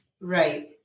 Right